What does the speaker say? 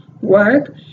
work